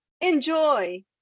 Enjoy